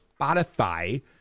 Spotify